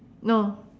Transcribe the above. no